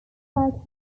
like